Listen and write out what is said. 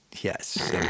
Yes